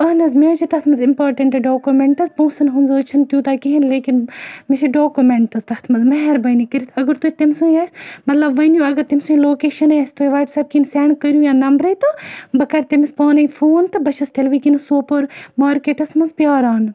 اَہَن حظ مےٚ حظ چھِ تَتھ مَنٛز اِمپاٹنٹ ڈوکومنٹز پونٛسَن ہُنٛد نَہ حظ چھُ نہٕ تیوٗتاہ کِہِنۍ لیکن مےٚ چھِ ڈوکومینٹٕس تَتھ مَنٛز مہربٲنی کٔرِتھ اگر تُہۍ تٔمسی آسہِ مَطلَب ؤنِو اگر تمسی لوکیشَن اَسہِ تُہۍ وَٹس ایٚپ کِنۍ سیٚنٛڈ کٔرِو یا نَمبرٕ تہٕ بہٕ کَرٕ تمِس پانے فون تہٕ بہٕ چھَس تیٚلہِ وِنکیٚنَس سوپور مارکیٹَس مَنٛز پیاران